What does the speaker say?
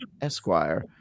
Esquire